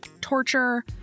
torture